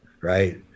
right